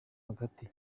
hagati